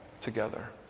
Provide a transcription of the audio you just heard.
together